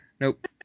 nope